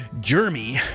Jeremy